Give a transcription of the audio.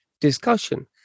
discussion